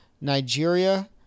Nigeria